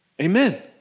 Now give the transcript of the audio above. Amen